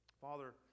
Father